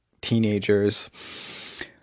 teenagers